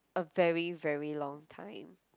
a very very long time